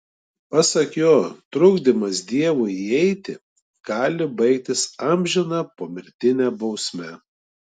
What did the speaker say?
pasak jo trukdymas dievui įeiti gali baigtis amžina pomirtine bausme